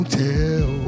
tell